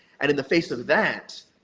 and in the face of that,